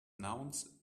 nouns